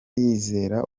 yizera